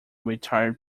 retired